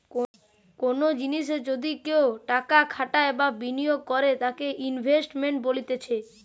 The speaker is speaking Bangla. কোনো জিনিসে যদি কেও টাকা খাটাই বা বিনিয়োগ করে তাকে ইনভেস্টমেন্ট বলতিছে